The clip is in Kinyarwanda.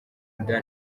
inda